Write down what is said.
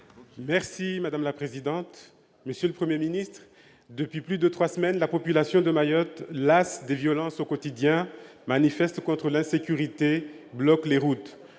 En Marche. Monsieur le Premier ministre, voilà plus de trois semaines que la population de Mayotte, lasse des violences au quotidien, manifeste contre l'insécurité, bloque les routes.